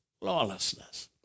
lawlessness